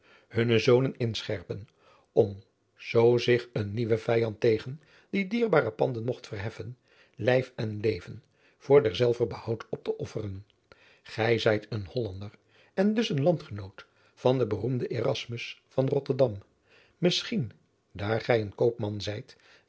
hunne zonen inscherpen om zoo zich een nieuwe vijand tegen die dierbare panden mogt verheffen lijf en leven voor derzelver behoud op te offeren gij zijt een hollander en dus een landgenoot van den beroemden erasmus van rotterdam misschien daar gij een koopman zijt